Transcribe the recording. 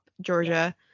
Georgia